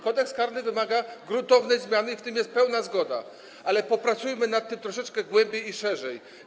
Kodeks karny wymaga gruntownej zmiany, co do tego jest pewna zgoda, ale popracujmy nad tym troszeczkę głębiej i szerzej.